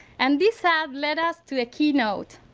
and this ad led us to a keynote.